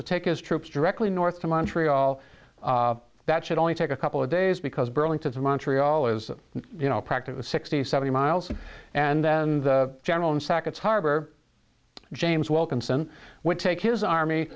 to take his troops directly north to montreal that should only take a couple of days because burlington to montreal is you know practically sixty seventy miles and then the general in sackets harbor james wilkinson would take his army